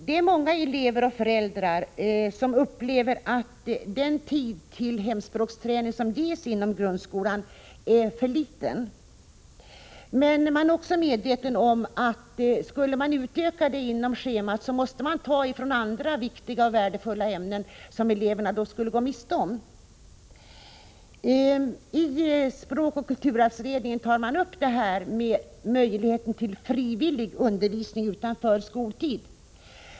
Det är många elever och föräldrar som upplever att den tid till hemspråksträning som ges inom grundskolan är för liten. Men de är också medvetna om att tiden måste tas från andra viktiga ämnen, som eleverna då skulle gå miste om, om man skulle utöka hemspråksundervisningen inom schemats ram. I språkoch kulturarvsutredningen behandlas möjligheten till frivillig undervisning utanför skoltid.